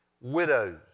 Widows